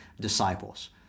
disciples